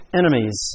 enemies